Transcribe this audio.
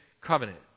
covenant